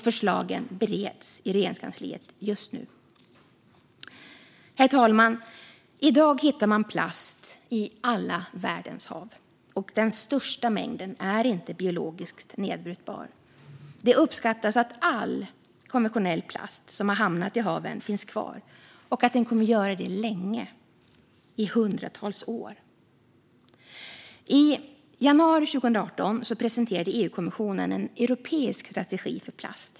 Förslagen bereds i Regeringskansliet just nu. Herr talman! I dag hittar man plast i alla världens hav, och den största mängden är inte biologiskt nedbrytbar. Det uppskattas att all konventionell plast som har hamnat i haven finns kvar och att den kommer att göra det länge, i hundratals år. I januari 2018 presenterade EU-kommissionen en europeisk strategi för plast.